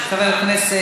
תלמד.